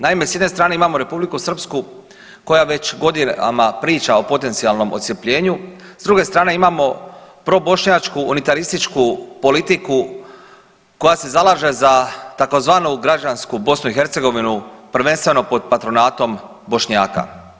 Naime, s jedne strane imamo Republiku Srpsku koja već godinama priča o potencijalnom odcjepljenju, s druge strane imamo probošnjačku unitarističku politiku koja se zalaže za tzv. građansku BiH prvenstveno pod patronatom Bošnjaka.